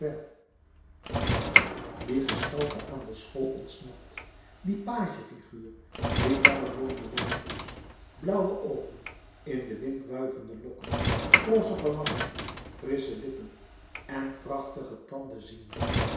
die gestalte aan de school ontsnapt die page figuur die lange blonde wimpers blauwe oogen in den wind wuivende lokken rozige wangen frissche lippen en prachtige tanden ziende